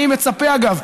אני מצפה, אגב,